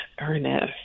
Ernest